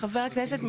חבר הכנסת,